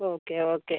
okay okay